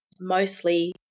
mostly